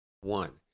One